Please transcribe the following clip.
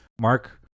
Mark